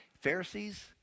Pharisees